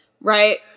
Right